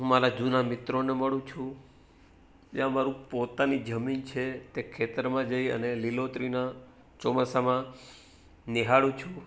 હું મારા જૂના મિત્રોને મળું છું જે અમારું પોતાની જમીન છે તે ખેતરમાં જઈ અને લીલોત્રીના ચોમાસામાં નિહાળું છું